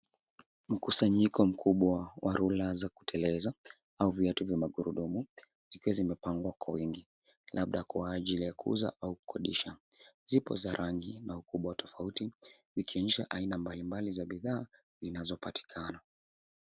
Mkusanyiko mkubwa wa rula za kuteleza au viatu vya magurudumu zikiwa zimepangwa kwa wingi labda kwa ajili ya kuuza au kukodisha. Zipo za rangi na ukubwa tofauti vikionyesha aina mbalimbali za bidhaa zinazopatikana.